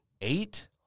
Eight